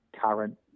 current